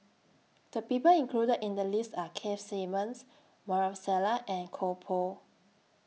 The People included in The list Are Keith Simmons Maarof Salleh and Koh Pui